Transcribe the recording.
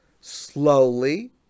slowly